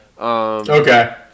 Okay